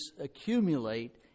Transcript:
accumulate